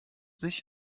sich